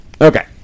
Okay